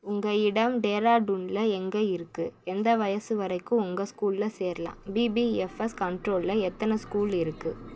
உங்கள் இடம் டேராடூனில் எங்கே இருக்குது எந்த வயசு வரைக்கும் உங்கள் ஸ்கூலில் சேரலாம் பிபிஎஃப்எஸ் கண்ட்ரோல்லில் எத்தனை ஸ்கூல் இருக்குது